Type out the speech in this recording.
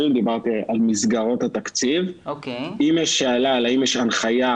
את הבדיקות ולקבל את הטיפול ואז זה מחייב התארגנות מהירה לכל הסוגיה